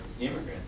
immigrant